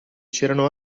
c’erano